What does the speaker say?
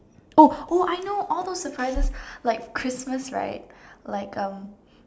oh oh I know all those surprises like Christmas right like um